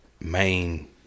main